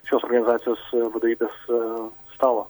šios organizacijos vadovybės stalo